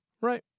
Right